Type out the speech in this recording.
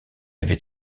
avait